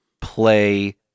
play